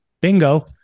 bingo